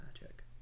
magic